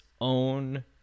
own